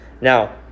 Now